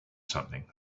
something